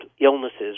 illnesses